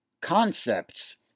concepts